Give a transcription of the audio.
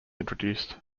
introduced